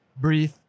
breathe